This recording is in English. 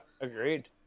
Agreed